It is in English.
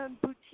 boutique